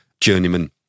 journeyman